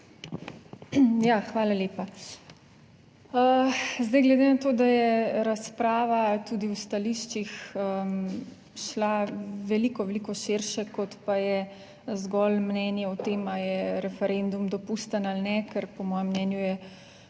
hvala lepa. Zdaj glede na to, da je razprava tudi v stališčih šla veliko, veliko širše kot pa je zgolj mnenje o tem ali je referendum dopusten ali ne. Ker po mojem mnenju je